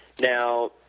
Now